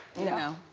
no.